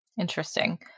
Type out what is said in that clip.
interesting